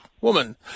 woman